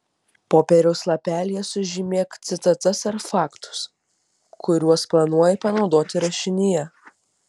popieriaus lapelyje susižymėk citatas ar faktus kuriuos planuoji panaudoti rašinyje